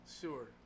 Sure